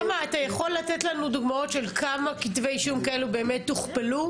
אתה יכול לתת לנו דוגמאות של כמה כתבי אישום כאלו באמת הוכפלו?